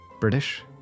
British